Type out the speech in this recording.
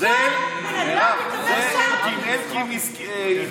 את זה אלקין המציא.